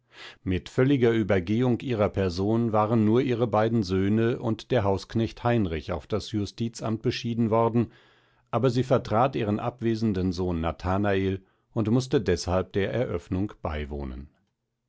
mit völliger uebergehung ihrer person waren nur ihre beiden söhne und der hausknecht heinrich auf das justizamt beschieden worden aber sie vertrat ihren abwesenden sohn nathanael und mußte deshalb der eröffnung beiwohnen